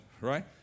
right